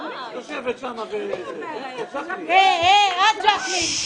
יושבת שם ו --- עד ז'קלין.